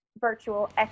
virtual